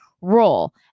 role